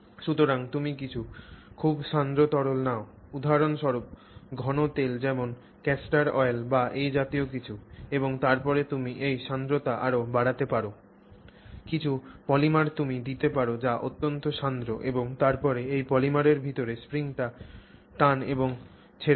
সুতরাং তুমি কিছু খুব সান্দ্র তরল নাও উদাহরণস্বরূপ ঘন তেল যেমন ক্যাস্টর অয়েল বা এই জাতীয় কিছু এবং তারপরে তুমি এই সান্দ্রতা আরও বাড়াতে পার কিছু পলিমার তুমি দিতে পার যা অত্যন্ত সান্দ্র এবং তারপরে এই পলিমারের ভিতরে স্প্রিংটি টান এবং ছেড়ে দাও